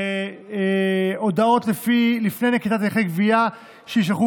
שהודעות לפני נקיטת הליכי גבייה יישלחו